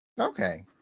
Okay